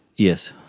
yes.